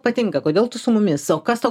patinka kodėl tu su mumis o kas tau